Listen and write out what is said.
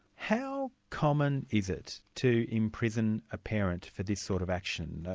how common is it to imprison a parent for this sort of action,